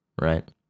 right